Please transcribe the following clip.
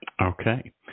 Okay